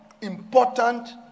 important